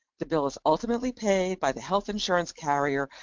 the bill is ultimately paid by the health insurance carrier,